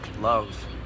love